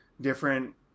different